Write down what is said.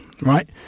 right